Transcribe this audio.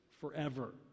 forever